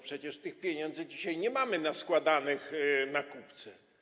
Przecież tych pieniędzy dzisiaj nie mamy naskładanych na kupce.